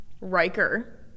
Riker